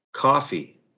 Coffee